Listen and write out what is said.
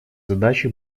задачи